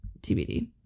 TBD